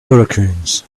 hurricanes